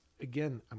again